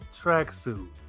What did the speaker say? tracksuit